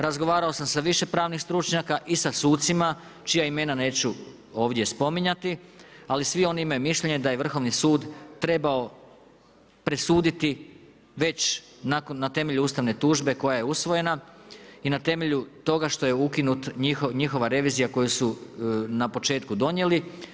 Razgovarao sam sa više pravnih stručnjaka i sa sucima čija imena neću ovdje spominjati, ali svi oni imaju mišljenje da je Vrhovni sud trebao presuditi već na temelju ustavne tužbe koja je usvojena i na temelju toga što je ukinuta njihova revizija koju su na početku donijeli.